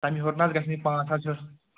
تَمہِ ہیوٚر نہَ حظ گژھِ نہٕ یہِ پانٛژھ حظ ہیوٚر